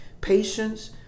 Patience